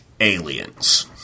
aliens